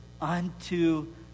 unto